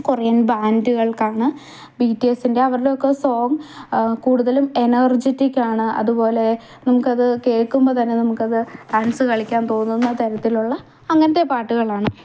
Korean ബാൻഡുകൾക്കാണ് B T എസിൻ്റെ അവരുടെ ഒക്കെ സോങ്ങ് കൂടുതലും എനർജെറ്റിക് ആണ് അതുപോലെ നമുക്ക് അത് കേൾക്കുമ്പോൾ തന്നെ നമുക്കത് ഡാൻസ് കളിക്കാൻ തോന്നുന്ന തരത്തിൽ ഉള്ള അങ്ങനത്തെ പാട്ടുകളാണ്